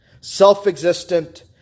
Self-existent